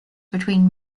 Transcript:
between